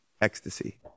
ecstasy